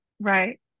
right